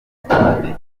stade